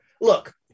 look